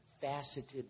Faceted